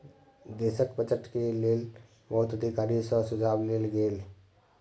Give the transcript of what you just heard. देशक बजट के लेल बहुत अधिकारी सॅ सुझाव लेल गेल